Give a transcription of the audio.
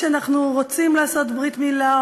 כשאנחנו רוצים לעשות ברית-מילה,